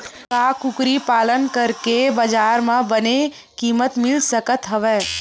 का कुकरी पालन करके बजार म बने किमत मिल सकत हवय?